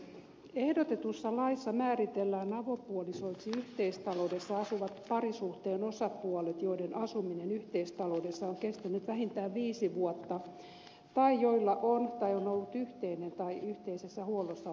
ehdotetussa laissa määritellään avopuolisoiksi yhteistaloudessa asuvat parisuhteen osapuolet joiden asuminen yhteistaloudessa on kestänyt vähintään viisi vuotta tai joilla on tai on ollut yhteinen tai yhteisessä huollossa oleva lapsi